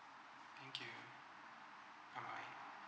thank you bye bye